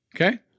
Okay